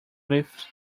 glyphs